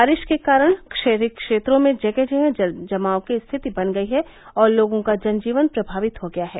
बारिश के कारण शहरी क्षेत्रों में जगह जगह जलजमाव की स्थिति बन गयी है और लोगों का जन जीवन प्रमावित हो गया है